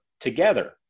together